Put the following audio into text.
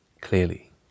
Clearly